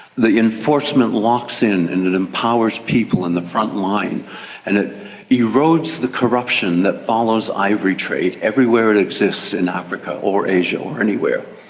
the enforcement locks in and it empowers people in the front line and it erodes the corruption that follows ivory trade everywhere it exists in africa or asia or anywhere.